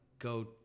Go